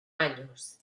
años